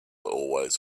always